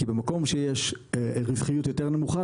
כי במקום שיש רווחיות יותר נמוכה,